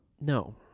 No